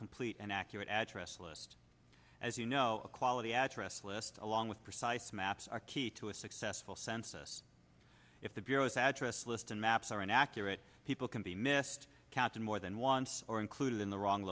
complete and accurate address list as you know a quality address list along with precise maps are key to a successful census if the bureau's address list and maps are inaccurate people can be missed captain more than once or include in the wrong